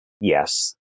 yes